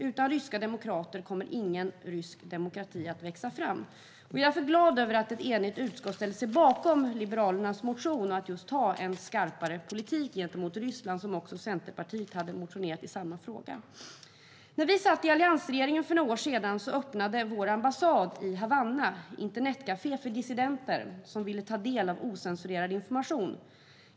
Utan ryska demokrater kommer ingen rysk demokrati att växa fram. Jag är därför glad att ett enigt utskott ställer sig bakom Liberalernas motion om att just ha en skarpare politik gentemot Ryssland. Även Centerpartiet hade motionerat i samma fråga. När vi satt i alliansregeringen för några år sedan öppnade vår ambassad i Havanna ett internetkafé för dissidenter som ville ta del av ocensurerad information.